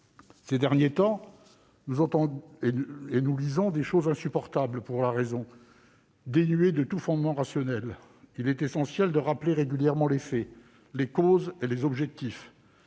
Ces derniers temps, nous entendons et lisons des choses insupportables pour la raison, dénuées de tout fondement rationnel. Il est essentiel de rappeler régulièrement les faits, les causes et les objectifs,